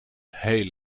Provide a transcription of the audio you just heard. heel